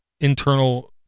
internal